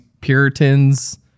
puritans